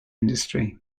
industry